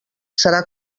serà